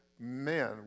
Men